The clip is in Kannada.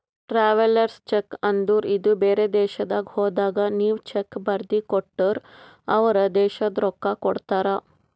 ಟ್ರಾವೆಲರ್ಸ್ ಚೆಕ್ ಅಂದುರ್ ಬೇರೆ ದೇಶದಾಗ್ ಹೋದಾಗ ನೀವ್ ಚೆಕ್ ಬರ್ದಿ ಕೊಟ್ಟರ್ ಅವ್ರ ದೇಶದ್ ರೊಕ್ಕಾ ಕೊಡ್ತಾರ